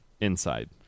Inside